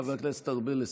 חבר הכנסת ארבל,